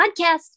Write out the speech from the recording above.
podcast